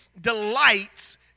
delights